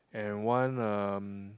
and one uh